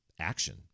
Action